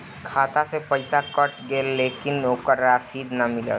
खाता से पइसा कट गेलऽ लेकिन ओकर रशिद न मिलल?